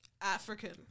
African